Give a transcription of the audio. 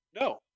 No